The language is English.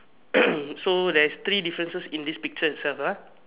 so theres three difference in this picture itself